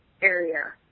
area